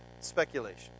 speculation